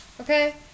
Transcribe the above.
Okay